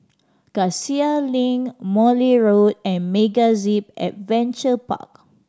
Cassia Link Morley Road and MegaZip Adventure Park